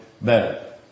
better